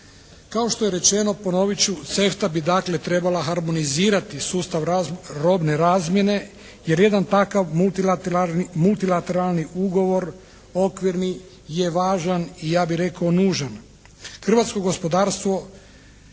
Kao što je rečeno, ponovit ću, CEFTA bi dakle trebala harmonizirati sustav robne razmjene jer jedan takav multilateralni ugovor okvirni je važan i ja bih rekao nužan.